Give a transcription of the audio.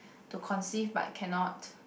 to conceive but cannot